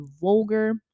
vulgar